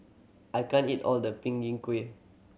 I can't eat all the png in kueh